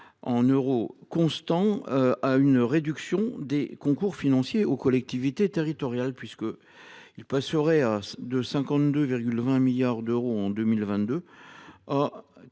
en euros constants, à une contraction des concours financiers alloués aux collectivités territoriales, qui passeraient de 52,2 milliards d’euros en 2022